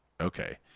okay